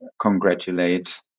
congratulate